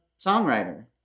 songwriter